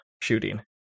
shooting